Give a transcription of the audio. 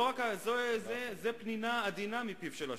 זו פנינה עדינה מפיו של השיח'.